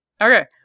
Okay